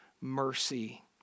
mercy